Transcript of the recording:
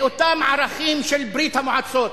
מאותם ערכים של ברית-המועצות.